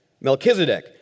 Melchizedek